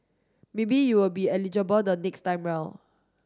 maybe you will be eligible the next time round